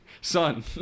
Son